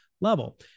level